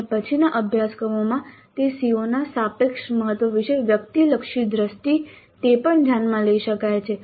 અને પછીના અભ્યાસક્રમોમાં તે CO ના સાપેક્ષ મહત્વ વિશે વ્યક્તિલક્ષી દ્રષ્ટિ તે પણ ધ્યાનમાં લઈ શકાય છે